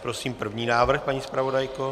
Prosím první návrh, paní zpravodajko.